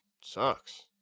sucks